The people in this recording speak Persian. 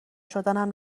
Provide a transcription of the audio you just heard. شدنم